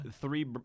Three –